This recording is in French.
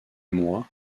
moi